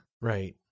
right